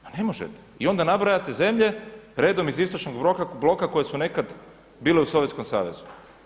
Pa ne možete i onda nabrajate zemlje redom iz istočnog bloka koje su nekad bile u Sovjetskom Savezu.